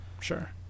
sure